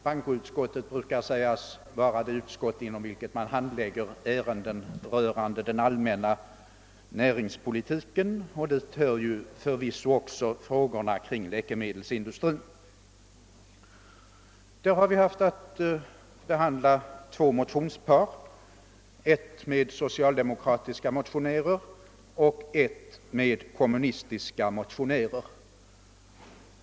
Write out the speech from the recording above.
Bankoutskottet brukar handlägga frågor rörande den allmänna näringspolitiken, och dit hör förvisso strukturen av läkemedelsindustrin och läkemedelsdistributionen. Vi har haft att behandla två motionspar på det området, ett med socialdemokratiska och ett med kommunistiska motionärer.